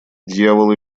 дьявол